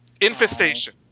Infestation